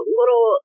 little